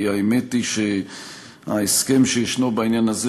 כי האמת היא שההסכם שישנו בעניין הזה